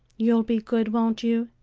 you'll be good, won't you?